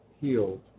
healed